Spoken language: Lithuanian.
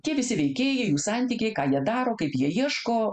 tie visi veikėjai jų santykiai ką jie daro kaip jie ieško